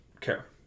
care